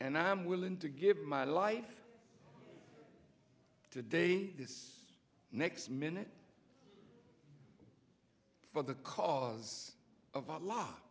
and i am willing to give my life to day this next minute for the cause of la